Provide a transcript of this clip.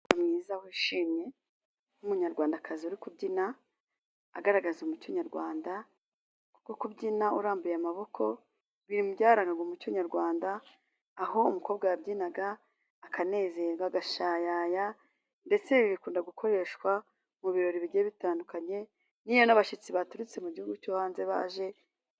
Umuntu mwiza wishimye nk'umunyarwandakazi uri kubyina, agaragaza umuco nyarwanda, wo kubyina urambuye amaboko, biri mu byararaga umuco nyarwanda, aho umukobwa yabyinaga akanezeza gashayaya ndetse bikunda gukoreshwa mu birori bigiye bitandukanye nk'iyo n'abashyitsi baturutse mu gihugu cyo hanze ba aje.